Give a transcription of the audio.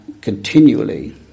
continually